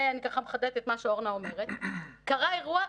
מחדדת את מה שאורנה אומרת קרה אירוע,